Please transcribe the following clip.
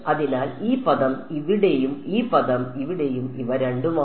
അതിനാൽ ഈ പദം ഇവിടെയും ഈ പദം ഇവിടെയും ഇവ രണ്ടുമാണ്